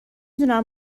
دونم